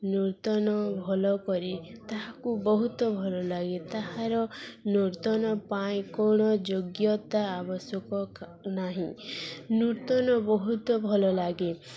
ନୂର୍ତନ ଭଲ କରି ତାହାକୁ ବହୁତ ଭଲ ଲାଗେ ତାହାର ନୂର୍ତନ ପାଇଁ କଣ ଯୋଗ୍ୟତା ଆବଶ୍ୟକ ନାହିଁ ନୂର୍ତନ ବହୁତ ଭଲ ଲାଗେ